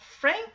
Frank